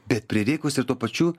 bet prireikus ir tuo pačiu